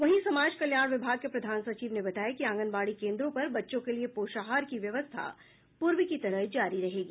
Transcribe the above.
वहीं समाज कल्याण विभाग के प्रधान सचिव ने बताया कि आंगनबाड़ी केन्द्रों पर बच्चों के लिए पोषाहार की व्यवस्था पूर्व की तरह जारी रहेगी